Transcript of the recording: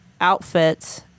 outfits